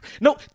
No